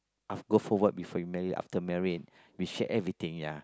after go forward before you married after married we share everything ya